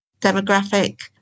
demographic